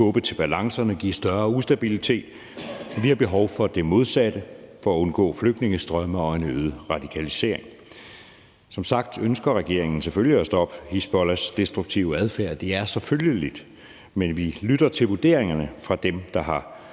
til balancerne og give større ustabilitet. Vi har behov for det modsatte for at undgå flygtningestrømme og en øget radikalisering. Som sagt ønsker regeringen selvfølgelig at stoppe Hizbollahs destruktive adfærd. Det er selvfølgeligt, men vi lytter til vurderingerne fra dem, der har